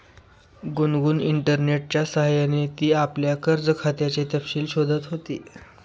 गुनगुन इंटरनेटच्या सह्याने ती आपल्या कर्ज खात्याचे तपशील शोधत होती